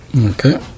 okay